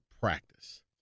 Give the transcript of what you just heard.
practice